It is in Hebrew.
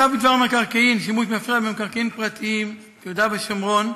הצו בדבר מקרקעין (שימוש מפריע במקרקעין פרטיים) (יהודה ושומרון)